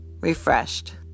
refreshed